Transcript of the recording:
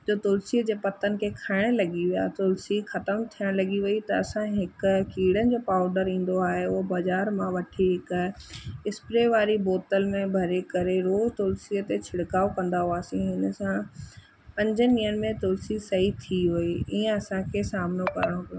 त तुलसीअ जे पतनि खे खाइणु लॻी विया तुलसी ख़तमु थियण लॻी वई त असां हिकु कीड़नि जो पोउडर ईंदो आहे उहो बज़ार मां वठी करे स्प्रे वारी बोतल में भरे करे रोज़ु तुलसीअ ते छिणिकाव कंदा हुआसीं हिन सां पंजनि ॾींहनि में तुलसी सही थी वई ईअं असांखे सामनो करिणो पियो